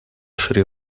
шри